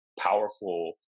powerful